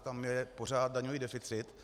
Tam je pořád daňový deficit.